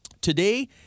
Today